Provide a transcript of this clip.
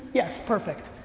yes, perfect.